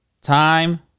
Time